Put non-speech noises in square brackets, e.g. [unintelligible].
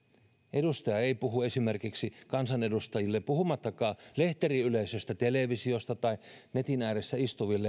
edustaja ei puhu esimerkiksi kansanedustajille puhumattakaan lehteriyleisöstä television tai netin ääressä istuvista [unintelligible]